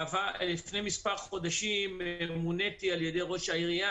לפני מספר חודשים מוניתי על ידי ראש העיריה